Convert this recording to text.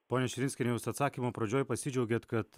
ponia širinskiene jūs atsakymo pradžioj pasidžiaugėt kad